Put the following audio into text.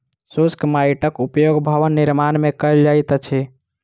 शुष्क माइटक उपयोग भवन निर्माण मे कयल जाइत अछि